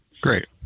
Great